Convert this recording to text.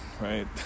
right